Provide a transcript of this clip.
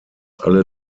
alle